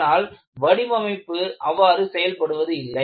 ஆனால் வடிவமைப்பு அவ்வாறு செயல்படுவது இல்லை